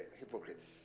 hypocrites